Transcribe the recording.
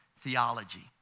theology